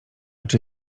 czy